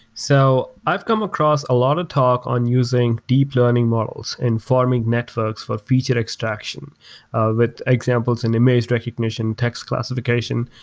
so i've come across a lot of talk on using deep learning models, informing networks for feature extraction with examples and and in recognition, text classification,